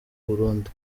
burundi